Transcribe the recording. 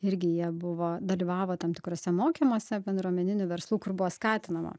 irgi jie buvo dalyvavo tam tikruose mokymuose bendruomeninių verslų kur buvo skatinama